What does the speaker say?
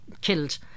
killed